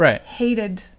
hated